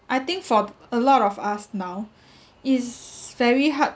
I think for a lot of us now is very hard